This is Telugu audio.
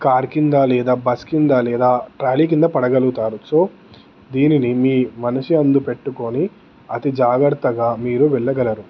కార్ క్రింద లేదా బస్ క్రింద లేదా ట్రాలీ క్రింద పడగలుగుతారు సో దీనిని మీ మనసు యందు పెట్టుకొని అతి జాగ్రత్తగా మీరు వెళ్ళగలరు